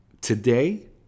today